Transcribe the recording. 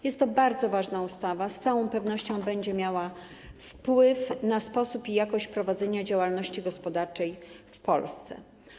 Jest to bardzo ważna ustawa, z całą pewnością będzie miała wpływ na sposób i jakość prowadzenia działalności gospodarczej w Polsce.